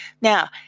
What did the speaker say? Now